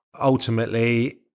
ultimately